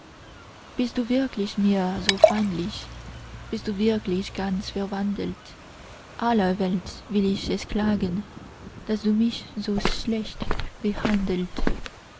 bist du wirklich mir so feindlich bist du wirklich ganz verwandelt aller welt will ich es klagen daß du mich so schlecht behandelt